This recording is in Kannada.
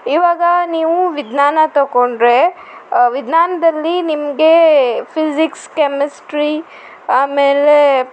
ಇವಾಗ ನೀವು ವಿಜ್ಞಾನ ತೊಕೊಂಡರೆ ವಿಜ್ಞಾನದಲ್ಲಿ ನಿಮಗೆ ಫಿಝಿಕ್ಸ್ ಕೆಮೆಸ್ಟ್ರಿ ಆಮೇಲೆ